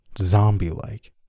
zombie-like